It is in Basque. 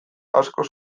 askoz